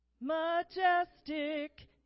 Majestic